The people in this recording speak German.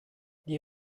die